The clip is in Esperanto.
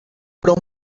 pro